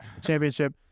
championship